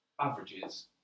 averages